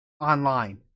online